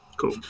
Cool